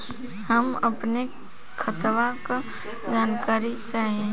हम अपने खतवा क जानकारी चाही?